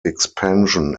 expansion